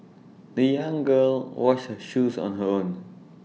the young girl washed her shoes on her own